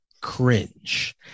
cringe